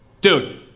dude